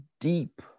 deep